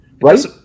right